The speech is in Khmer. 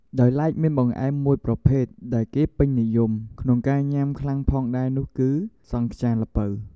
ដោយឡែកមានបង្អែមមួយប្រភេទដែលគេពេញនិយមក្នុងការញុាំខ្លាំងផងដែរនោះគឺ សង់ខ្យាល្ពៅ។